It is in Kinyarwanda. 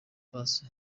paccy